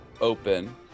open